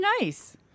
nice